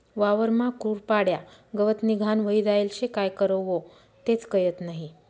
वावरमा कुरपाड्या, गवतनी घाण व्हयी जायेल शे, काय करवो तेच कयत नही?